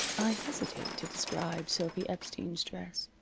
i hesitate to describe sophy epstein's dress.